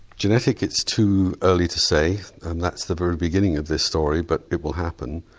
genetic it's too early to say, and that's the very beginning of this story, but it will happen.